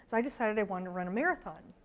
so i decided i wanted to run a marathon.